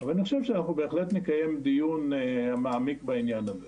אבל אני חושב שאנחנו בהחלט נקיים דיון מעמיק בעניין הזה.